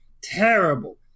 Terrible